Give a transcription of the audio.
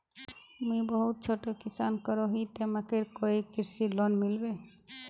मुई बहुत छोटो किसान करोही ते मकईर कोई कृषि लोन मिलबे?